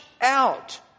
out